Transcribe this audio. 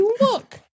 look